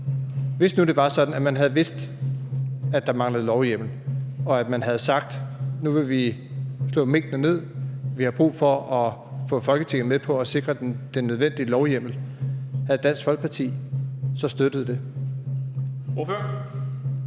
Hvis nu man havde vidst, at der manglede lovhjemmel, og at man havde sagt, at vi nu vil slå minkene ned og har brug for at få Folketinget med på at sikre den nødvendige lovhjemmel, havde Dansk Folkeparti så støttet det?